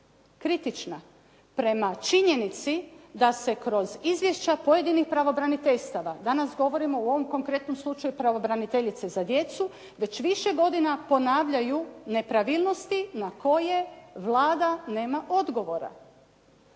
kritična prema činjenici da se kroz izvješća pojedinih pravobraniteljstava, danas govorimo u ovom konkretnom slučaju pravobraniteljice za djecu, već više godina ponavljaju nepravilnosti na koje Vlada nema odgovora.